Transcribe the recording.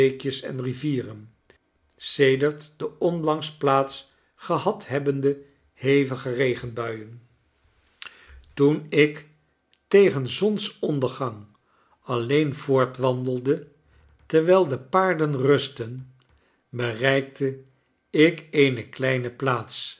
beekjes en rivieren siedert de onlangs plaats gehad hebbende uevige regenbuien toen ik tegen zonsondergang alleen voortwandelde terwijl de paarden rustten bereikte ik eene kleine plaats